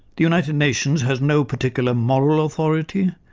the united nations had no particular moral authority,